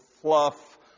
fluff